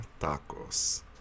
tacos